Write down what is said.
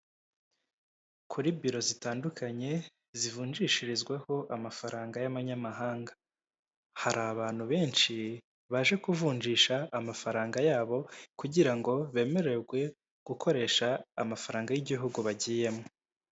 Kuri biro zitandukanye zivunjishirizwaho amafaranga y'amanyamahanga, hari abantu benshi baje kuvunjisha amafaranga y'abo kugira ngo bemererwe gukoresha amafaranga y'igihugu bagiyemo.